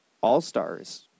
All-Stars